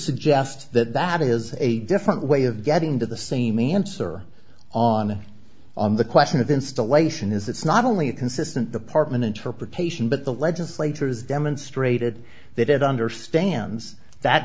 suggest that that is a different way of getting to the same answer on on the question of installation is it's not only a consistent department interpretation but the legislators demonstrated that it understands that